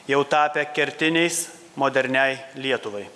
jau tapę kertiniais moderniai lietuvai